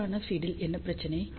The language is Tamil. சீரான ஃபீட் ல் என்ன பிரச்சினை